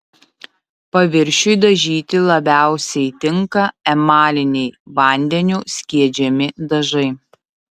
paviršiui dažyti labiausiai tinka emaliniai vandeniu skiedžiami dažai